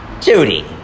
Judy